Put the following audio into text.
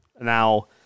Now